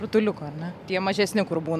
rutuliukų ar ne tie mažesni kur būna